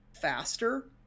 faster